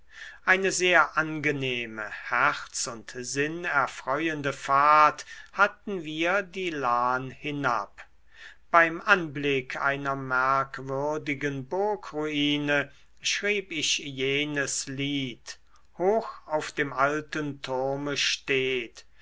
eine sehr angenehme herz und sinn erfreuende fahrt hatten wir die lahn hinab beim anblick einer merkwürdigen burgruine schrieb ich jenes lied hoch auf dem alten turme steht